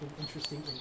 interesting